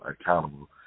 accountable